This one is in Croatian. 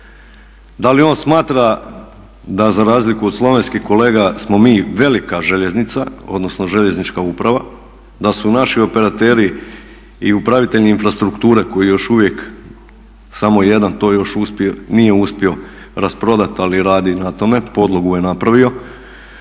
da li on smatra da za razliku od slovenskih kolega smo mi velika željeznica, odnosno željeznička uprava, da su naši operateri i upravitelji infrastrukture koji još uvijek samo jedan to još nije uspio rasprodati ali radi na tome, podlogu je napravio,